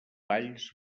valls